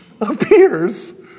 appears